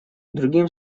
другим